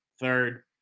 third